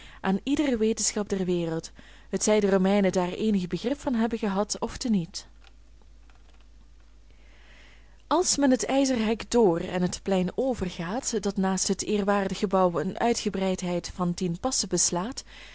aan iedere wetenschap der wereld hetzij de romeinen daar eenig begrip van hebben gehad ofte niet als men het ijzeren hek dr en het plein ver gaat dat naast het eerwaardig gebouw een uitgebreidheid van tien passen beslaat